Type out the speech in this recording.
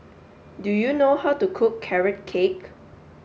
do you know how to cook Carrot Cake